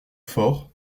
fort